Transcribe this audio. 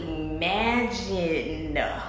imagine